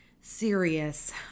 serious